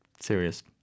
Serious